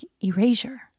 erasure